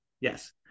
yes